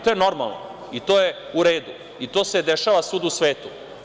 To je normalno i to je u redu i to se dešava svuda u svetu.